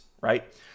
right